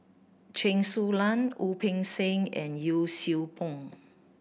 Chen Su Lan Wu Peng Seng and Yee Siew Pun